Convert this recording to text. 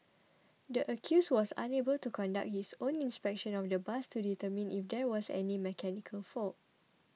the accused was unable to conduct his own inspection of the bus to determine if there was any mechanical fault